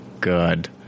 good